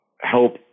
help